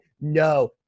no